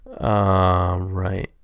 Right